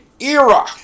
era